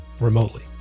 remotely